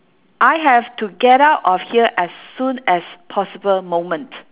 I have to get out of here as soon as possible moment